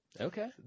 Okay